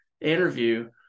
interview